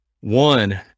one